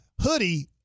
hoodie